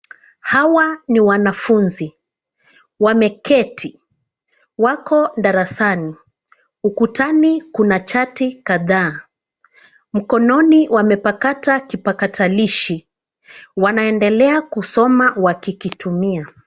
Hawa ni wanafunzi. Wameketi, wako darasani. Ukutani kuna chati kadhaa. Mkononi wamepakata kipakatalishi. Wanaendelea kusoma wakikitumia.